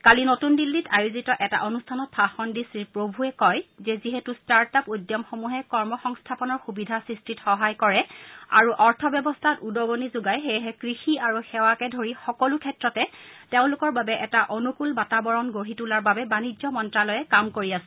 কালি নতুন দিল্লীত আয়োজিত এটা অনুষ্ঠানত ভাষণ দি শ্ৰীপ্ৰভুৱে কয় যে যিহেতু ষ্টাৰ্টআপ উদ্যমসমূহে কৰ্ম সংস্থাপনৰ সুবিধা সৃষ্টিত সহায় কৰে আৰু অৰ্থ ব্যৱস্থাত উদগণি যোগায় সেয়ে কৃষি আৰু সেৱাকে ধৰি সকলো ক্ষেত্ৰতে তেওঁলোকৰ বাবে এটা অনুকূল বাতাবৰণ গঢ়ি তোলাৰ বাবে বাণিজ্য মন্ত্যালয়ে কাম কৰি আছে